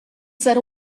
said